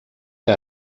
que